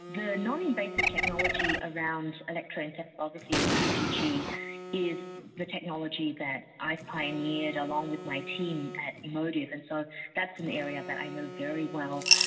the non-invasive technology around electroencephalography or eeg is the technology that i've pioneered, along with my team at emotiv, and so that's an area that i know very well.